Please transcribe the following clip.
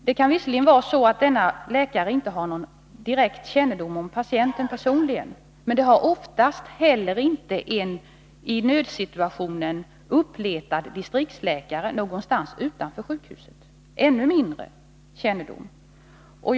Det kan visserligen vara så att denne läkare inte har någon personlig kännedom om patienten, men en i nödsituationen uppletad distriktsläkare någonstans utanför sjukhuset har det ännu mindre.